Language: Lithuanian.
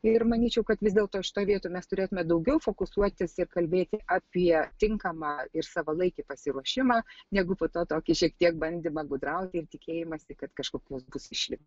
ir manyčiau kad vis dėlto šitoj vietoj mes turėtumėme daugiau fokusuoti ir kalbėti apie tinkamą ir savalaikį pasiruošimą negu po to tokį šiek tiek bandymą gudrauti ir tikėjimąsi kad kažkokios bus išlygos